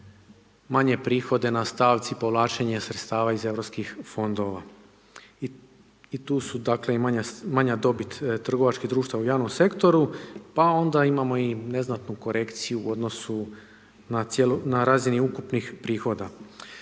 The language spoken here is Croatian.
manje prihode na stavci povlačenje sredstava iz europskih fondova. I tu su dakle, manja dobit trgovačkih društava u javnom sektoru, pa onda imamo i neznatnu korekciju u odnosu na razini ukupnih prihoda,